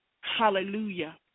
Hallelujah